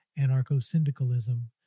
anarcho-syndicalism